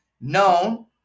Known